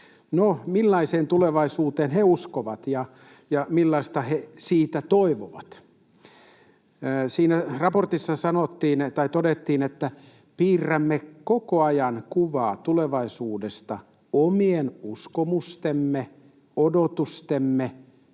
millaiseen tulevaisuuteen he uskovat, ja millaista he siitä toivovat? Siinä raportissa todettiin, että ”piirrämme koko ajan kuvaa tulevaisuudesta omien uskomustemme, odotustemme,